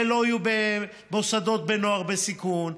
ולא יהיו במוסדות של נוער בסיכון,